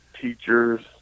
teachers